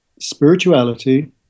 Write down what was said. spirituality